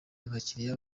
abakiliya